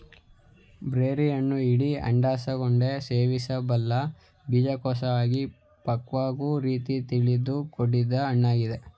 ಬೆರ್ರಿಹಣ್ಣು ಇಡೀ ಅಂಡಾಶಯಗೋಡೆ ಸೇವಿಸಬಲ್ಲ ಬೀಜಕೋಶವಾಗಿ ಪಕ್ವವಾಗೊ ರೀತಿ ತಿರುಳಿಂದ ಕೂಡಿದ್ ಹಣ್ಣಾಗಿದೆ